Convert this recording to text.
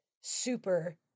super